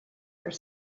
are